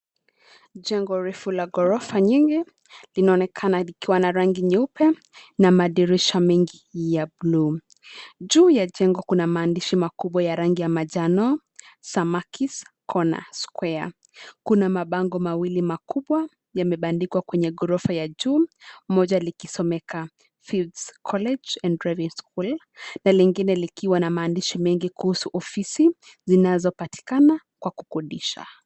Jengo refu la ghorofa nyingi linaonekana likiwa na rangi nyeupe na madirisha mengi ya buluu. Juu ya jengo kuna maandishi makubwa ya rangi ya manjano, Samaki's Corner Square. Kuna mabango mawili makubwa yamebandikwa kwenye ghorofa ya juu, moja likisomeka Fibs College and Driving School na lingine likiwa na maandishi mengi kuhusu ofisi zinazopatikana kwa kukodisha.